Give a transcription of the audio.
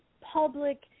public